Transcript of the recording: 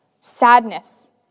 sadness